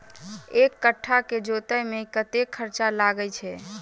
एक कट्ठा केँ जोतय मे कतेक खर्चा लागै छै?